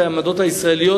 את העמדות הישראליות,